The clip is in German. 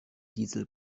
diesel